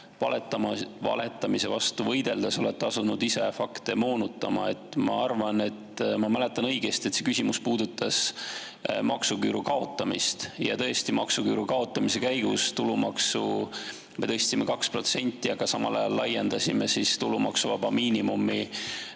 valetamise vastu võideldes olete asunud ise fakte moonutama? Ma arvan, et ma mäletan õigesti, et see küsimus puudutas maksuküüru kaotamist. Ja tõesti, maksuküüru kaotamise käigus tulumaksu me tõstsime 2%, aga samal ajal laiendasime tulumaksuvaba miinimumi